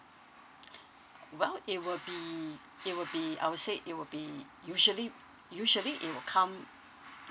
well it will be it will be I would say it will be usually usually it will come